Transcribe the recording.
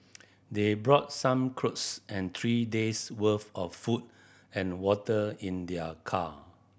they brought some clothes and three days worth of food and water in their car